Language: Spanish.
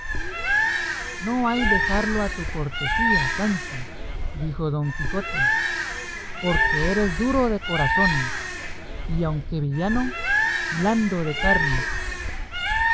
no hay dejarlo a tu cortesía sancho dijo don quijote porque eres duro de corazón y aunque villano blando de carnes